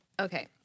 Okay